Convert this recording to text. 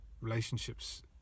Relationships